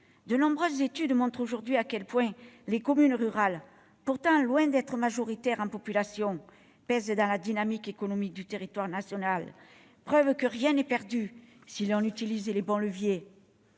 De nombreuses études montrent aujourd'hui à quel point les communes rurales, pourtant loin d'être majoritaires en population, pèsent dans la dynamique économique du territoire national. Preuve que rien n'est perdu, si l'on utilise les bons leviers